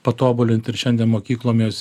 patobulinti ir šiandien mokyklom jos